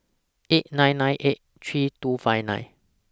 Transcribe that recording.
eight nine nine eight three two five nine